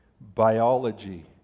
biology